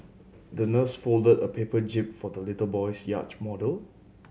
the nurse folded a paper jib for the little boy's yacht model